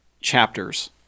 chapters